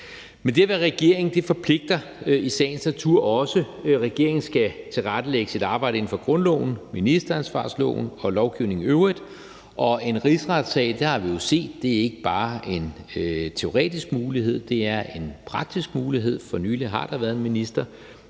Men det at være regering forpligter i sagens natur også. Regeringen skal tilrettelægge sit arbejde inden for grundloven, ministeransvarlighedsloven og lovgivningen i øvrigt. Og en rigsretssag er ikke bare – det har vi jo set – en teoretisk mulighed, det er en praktisk mulighed. For nylig har der været en minister,